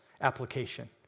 application